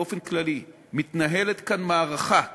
באופן כללי: מתנהלת כאן מערכה רצינית,